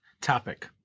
topic